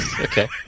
Okay